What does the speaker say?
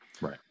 Right